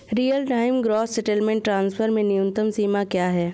Real time gross settlement transfer में न्यूनतम सीमा क्या है?